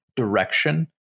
Direction